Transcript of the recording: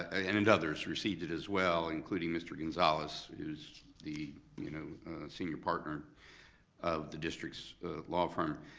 and and others received it as well, including mr. gonzales, who's the you know senior partner of the district's law firm,